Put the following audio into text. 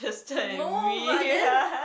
no but then